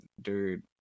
dude